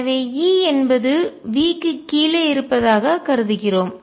எனவே E என்பது V க்கு கீழே இருப்பதாக கருதுகிறோம்